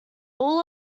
all